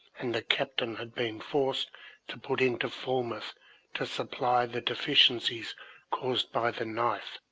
and the captain had been forced to put into falmouth to supply the deficiencies caused by the knife,